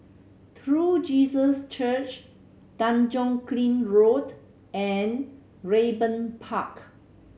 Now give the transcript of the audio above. True Jesus Church Tanjong Kling Road and Raeburn Park